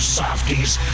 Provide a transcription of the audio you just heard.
softies